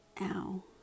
Ow